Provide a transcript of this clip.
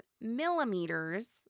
millimeters